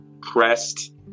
pressed